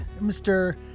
Mr